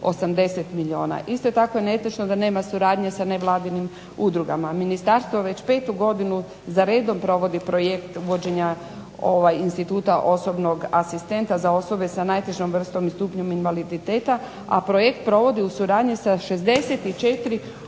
Isto tako je netočno da nema suradnje sa nevladinim udrugama. Ministarstvo već petu godinu za redom provodi projekt uvođenja instituta osobnog asistenta za osobe sa najtežom vrstom i stupnjem invaliditeta, a projekt provodi u suradnji sa 64 udruge